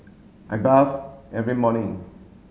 I bath every morning